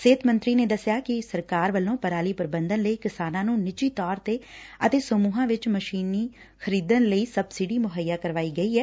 ਸਿਹਤ ਮੰਤਰੀ ਨੇ ਦੱਸਿਆ ਕਿ ਸਰਕਾਰ ਵੱਲੋਂ ਪਰਾਲੀ ਪ੍ਬੰਧਨ ਲਈ ਕਿਸਾਨਾਂ ਨੂੰ ਨਿੱਜੀ ਤੌਰ ਤੇ ਅਤੇ ਸਮੂਹਾਂ ਵਿਚ ਮਸੀਨੀ ਖਰੀਦਣ ਲਈ ਸਬਸਿਡੀ ਮੁਹਈਆ ਕਰਵਾਈ ਗਈ ਏ